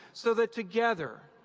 so that together,